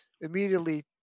immediately